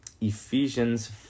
Ephesians